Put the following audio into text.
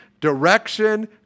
direction